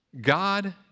God